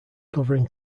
covering